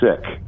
sick